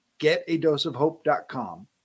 getadoseofhope.com